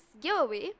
giveaway